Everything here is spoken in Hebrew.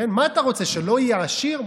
מה אתה רוצה, שלא יהיה עשיר?